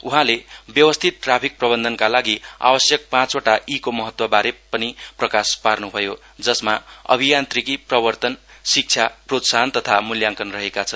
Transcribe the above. उहाँले व्यवस्थित ट्राफिक प्रबन्धनका लागि आवश्यक पाँचवटा ई को महत्वबारे पनि बताउनु भयो जसमा अभियान्त्रीकी प्रवर्तन शिक्षा प्रोत्साहन तथा मुल्याङकन रहेका छन्